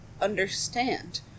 understand